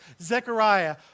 Zechariah